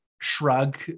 Shrug